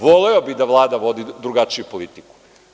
Voleo bi da Vlada vodi drugačiju politiku.